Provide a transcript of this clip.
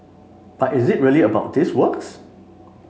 but is it really about these works